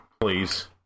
Please